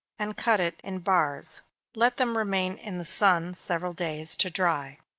and cut, it in bars let them remain in the sun several days to dry.